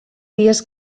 dies